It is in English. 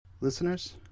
Listeners